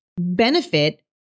benefit